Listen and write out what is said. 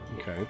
Okay